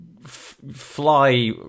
fly